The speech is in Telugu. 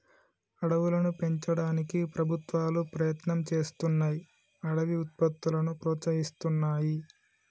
అడవులను పెంచడానికి ప్రభుత్వాలు ప్రయత్నం చేస్తున్నాయ్ అడవి ఉత్పత్తులను ప్రోత్సహిస్తున్నాయి